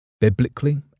Biblically